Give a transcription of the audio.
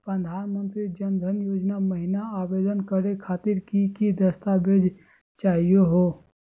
प्रधानमंत्री जन धन योजना महिना आवेदन करे खातीर कि कि दस्तावेज चाहीयो हो?